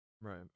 Right